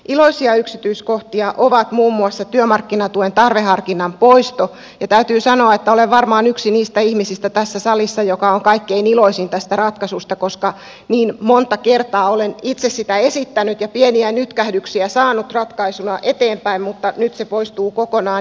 iloinen yksityiskohta on muun muassa työmarkkinatuen tarveharkinnan poisto ja täytyy sanoa että tässä salissa olen varmaan yksi niistä ihmisistä jotka ovat kaikkein iloisimpia tästä ratkaisusta koska niin monta kertaa olen itse sitä esittänyt ja pieniä nytkähdyksiä saanut ratkaisuna eteenpäin mutta nyt se poistuu kokonaan